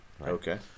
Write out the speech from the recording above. Okay